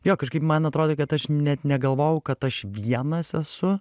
jo kažkaip man atrodė kad aš net negalvojau kad aš vienas esu